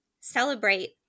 celebrate